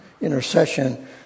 intercession